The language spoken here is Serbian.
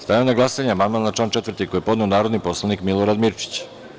Stavljam na glasanje amandman na član 4. koji je podneo narodni poslanik Milorad Mirčić.